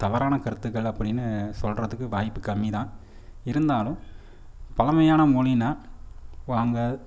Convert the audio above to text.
தவறான கருத்துக்கள் அப்படின்னு சொல்கிறதுக்கு வாய்ப்பு கம்மி தான் இருந்தாலும் பழமையான மொழின்னா இப்போது அங்கே